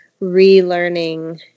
relearning